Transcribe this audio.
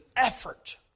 Effort